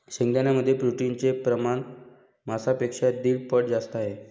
शेंगदाण्यांमध्ये प्रोटीनचे प्रमाण मांसापेक्षा दीड पट जास्त आहे